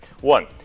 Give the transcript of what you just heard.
One